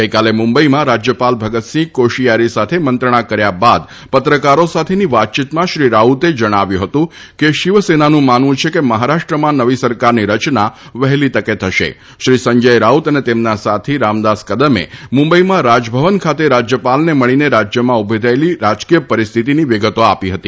ગઇકાલ મુંબઇમાં રાજ્યપાલ ભગતસિંહ કોશીયારી સાથ મંત્રણા કર્યા બાદ પત્રકારો સાથક્રી વાતચીતમાં શ્રી રાઉત જણાવ્યું હતું કે શિવસક્રાનું માનવું છ કે મહારાષ્ટ્રમાં નવી સરકારની રચના વહેલી તકે થશ શ્રી સંજય રાઉત અન તમ્રના સાથી રામદાસ કદમ મુંબઇમાં રાજભવન ખાત રાજ્યપાલન મળીન રાજ્યમાં ઉભી થયલી રાજકીય પરિસ્થિતિની વિગતો આપી હતી